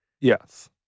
Yes